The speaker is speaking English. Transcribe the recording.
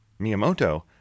Miyamoto